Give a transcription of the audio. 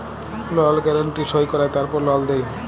লল গ্যারান্টি সই কঁরায় তারপর লল দেই